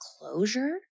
closure